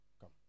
Come